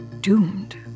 Doomed